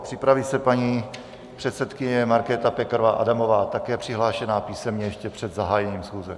Připraví se paní předsedkyně Markéta Pekarová Adamová, také přihlášená písemně ještě před zahájením schůze.